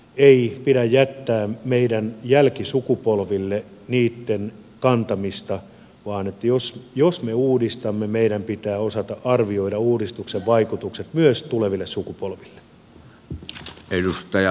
ei pidä jättää meidän jälkisukupolvillemme niitten kantamista vaan jos me uudistamme meidän pitää osata arvioida uudistuksen vaikutukset myös tuleville sukupolville